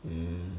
mm